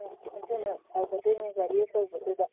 ꯎꯝ ꯑꯗꯨꯅ ꯐꯒꯗꯣꯏꯅꯦ ꯒꯥꯔꯤ ꯑꯆꯧꯕꯗꯨꯗ